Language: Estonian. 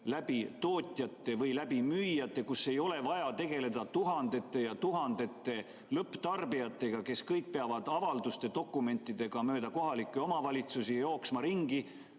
tootjate ja müüjate kaudu. Ei ole vaja tegeleda tuhandete ja tuhandete lõpptarbijatega, kes kõik peavad avalduste ja dokumentidega mööda kohalikke omavalitsusi ringi jooksma.